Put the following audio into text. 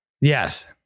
Yes